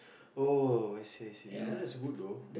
oh I see I see that was good though